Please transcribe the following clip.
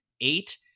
eight